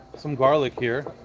so garlic here.